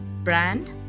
brand